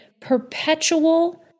perpetual